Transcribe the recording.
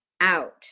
out